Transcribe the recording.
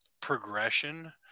progression –